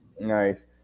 Nice